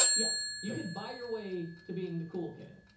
yes, you could buy your way to being the cool kid.